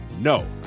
No